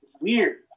Weird